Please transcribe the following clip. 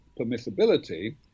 permissibility